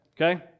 Okay